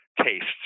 tastes